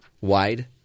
wide